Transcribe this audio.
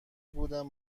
بودم